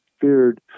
feared